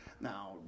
Now